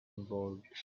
involved